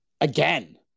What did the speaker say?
Again